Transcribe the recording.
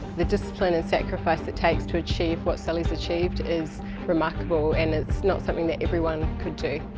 the discipline and sacrifice it takes to achieve what sally's achieved is remarkable and it's not something that everyone could do.